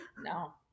No